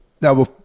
now